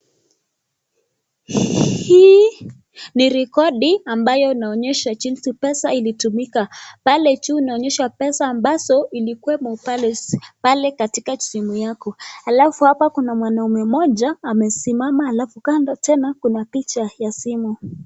Hii ni rekodi ambayo inaonyesha jinsi pesa ilitumika, pale juu inaonyesha pesa ambazo ilikuwemo pale katika simu yako alafu hapa kuna mwanaume mmoja amesimama alafu kando tena kuna picha ya simu.